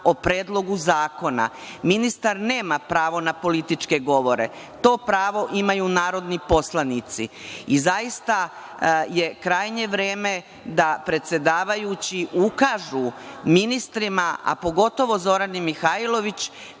o Predlogu zakona. Ministar nema pravo na političke govore, to pravo imaju narodni poslanici. Zaista, je krajnje vreme da predsedavajući ukažu ministrima, a pogotovo Zorani Mihajlović,